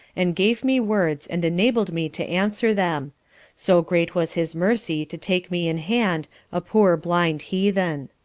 and gave me words and enabled me to answer them so great was his mercy to take me in hand a poor blind heathen.